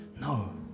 No